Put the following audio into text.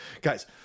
Guys